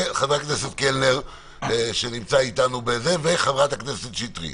אריאל קלנר וקטי שטרית.